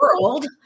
world